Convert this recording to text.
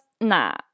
Nah